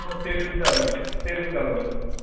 हो तेसुद्धा अवेले तेसुद्धा अवेलेबल असतं